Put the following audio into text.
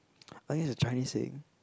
I think it's a Chinese saying